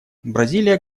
бразилия